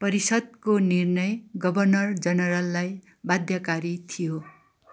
परिषद्को निर्णय गभर्नर जनरललाई बाध्यकारी थियो